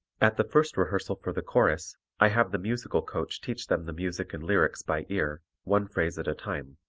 at the first rehearsal for the chorus i have the musical coach teach them the music and lyrics by ear, one phrase at a time.